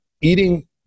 eating